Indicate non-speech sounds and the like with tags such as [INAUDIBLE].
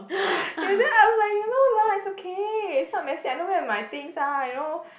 [BREATH] ya then I'm like you know lah it's okay it's not messy I know where my things are you know